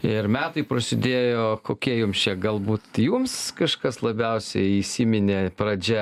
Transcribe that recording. ir metai prasidėjo kokie jums čia galbūt jums kažkas labiausiai įsiminė pradžia